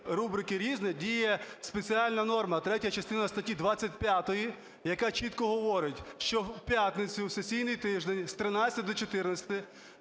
рубрики "Різне", діє спеціальна норма – третя частина статті 25, яка чітко говорить, що в п'ятницю в сесійний тиждень з 13-и до 14-и